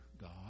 God